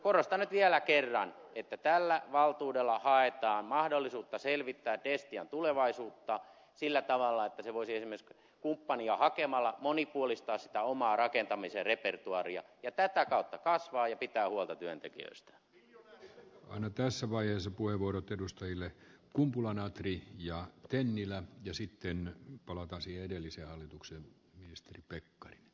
korostan nyt vielä kerran että tällä valtuudella haetaan mahdollisuutta selvittää destian tulevaisuutta sillä tavalla että se voisi esimerkiksi kumppania hakemalla monipuolistaa sitä omaa rakentamisen repertuaariaan ja tätä kautta kasvaa ja pitää huolta työntekijöistä on tässä vaiheessa puheenvuorot edustajille kumpula natri ja tennilä ja sitten dolatasi edellisen hallituksen ministeri työntekijöistään